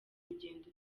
rugendo